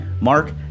Mark